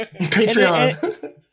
Patreon